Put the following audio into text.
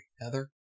Heather